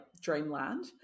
Dreamland